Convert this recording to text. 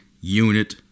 unit